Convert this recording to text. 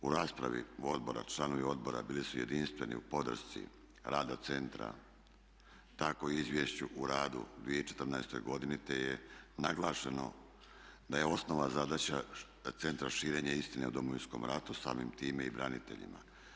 U raspravi odbora, članovi odbora bili su jedinstveni u podršci rada centra tako i izvješća u radu 2014. godini, te je naglašeno da je osnovna zadaća centra širenje istine o Domovinskom ratu samim time i braniteljima.